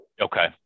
Okay